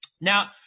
Now